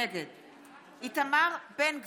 נגד איתמר בן גביר,